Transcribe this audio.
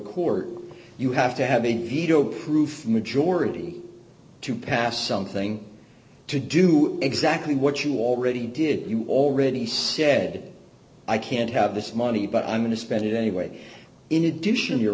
court you have to have a veto proof majority to pass something to do exactly what you already did you already said i can't have this money but i'm going to spend it anyway in addition your